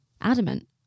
adamant